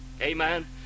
Amen